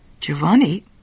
Giovanni